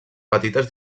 petites